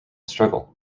struggle